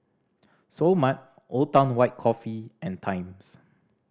Seoul Mart Old Town White Coffee and Times